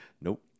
Nope